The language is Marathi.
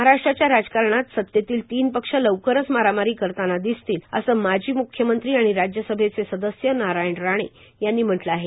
महाराष्ट्राच्या राजकारणात सतेतील तीन पक्ष लवकरच मारामारी करताना दिसतील अस माजी मुख्यमंत्री आणि राज्यसभेचे सदस्य नारायण राणे यांनी म्हटलं आहे